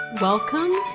Welcome